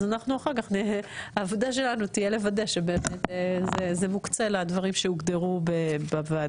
אז אנחנו אח"כ העבודה שלנו תהיה לוודא שזה מוקצה לדברים שהוגדרו בוועדה.